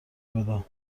بدم